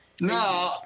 No